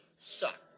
suck